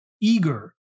eager